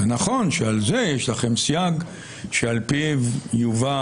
נכון שעל זה יש לכם סייג שעל פיו יובא